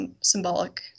symbolic